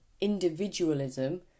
individualism